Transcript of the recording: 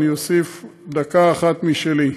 אוסיף דקה אחת משלי.